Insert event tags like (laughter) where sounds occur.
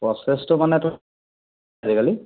প্ৰ'চেছটো মানে এইটো (unintelligible)